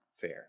fair